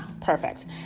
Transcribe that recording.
Perfect